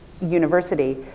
University